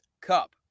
cup